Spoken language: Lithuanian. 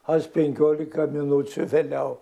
aš penkiolika minučių vėliau